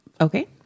Okay